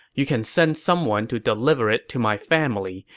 you can send someone to deliver it to my family,